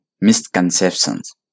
misconceptions